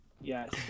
Yes